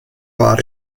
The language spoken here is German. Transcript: war